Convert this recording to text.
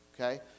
Okay